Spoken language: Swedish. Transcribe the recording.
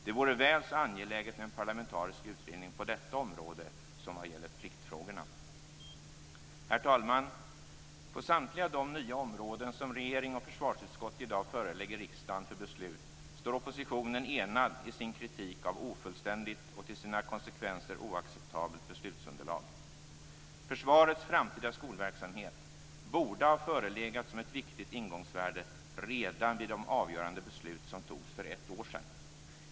Det vore väl så angeläget med en parlamentarisk utredning på detta område som vad gäller pliktfrågorna. Herr talman! På samtliga de nya områden som regering och försvarsutskott i dag förelägger riksdagen förslag för beslut står oppositionen enad i sin kritik av ofullständigt och till sina konsekvenser oacceptabelt beslutsunderlag. Försvarets framtida skolverksamhet borde ha förelegat som ett viktigt ingångsvärde redan vid de avgörande beslut som fattades för ett år sedan.